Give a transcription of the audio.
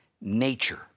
nature